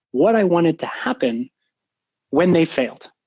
what i wanted to happen when they failed,